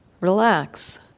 relax